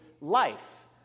life